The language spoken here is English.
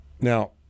Now